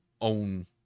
own